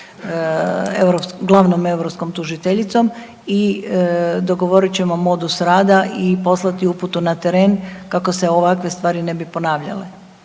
glavnom europskom tužiteljicom i dogovorit ćemo modus rada i poslati uputu na teren kako se ovakve stvari ne bi ponavljale,